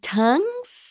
tongues